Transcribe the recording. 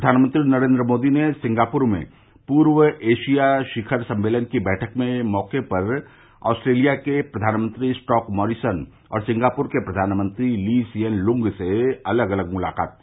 प्रधानमंत्री नरेन्द्र मोदी ने सिंगापुर में पूर्व एशिया शिखर सम्मेलन की बैठक के मौके पर ऑस्ट्रेलिया के प्रघानमंत्री स्कॉट मॉरिसन और सिंगापुर के प्रघानमंत्री ली सिएन लुंग से अलग अलग मुलाकात की